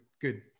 good